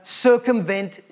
Circumvent